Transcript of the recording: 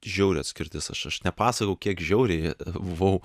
žiauri atskirtis aš nepasakojau kiek žiauriai buvau